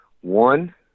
One